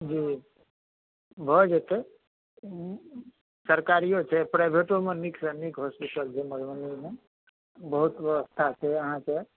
जी भऽ जेतै ओ सरकारियो छै प्राइभेटोमे नीकसँ नीक होस्पिटल छै मधुबनीमे बहुत ब्यवस्था छै अहाँके